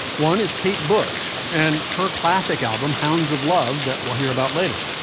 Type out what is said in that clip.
one is kate bush and her classic album, hounds of love, that we'll hear about later.